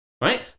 Right